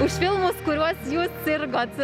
už filmus kuriuos jūs sirgot